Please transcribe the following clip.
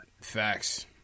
Facts